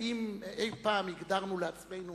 האם אי-פעם הגדרנו לעצמנו